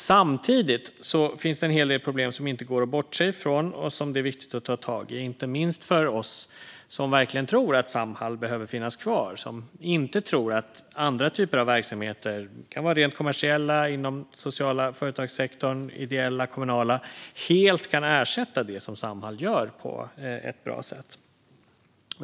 Samtidigt finns det en hel del problem som inte går att bortse från och som det är viktigt att ta tag i, inte minst för oss som verkligen tror att Samhall behöver finnas kvar och inte tror att andra typer av verksamheter - det kan vara rent kommersiella inom sociala företagssektorn, ideella och kommunala - helt kan ersätta det som Samhall gör på ett bra sätt.